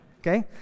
okay